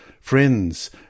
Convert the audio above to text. friends